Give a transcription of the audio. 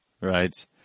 right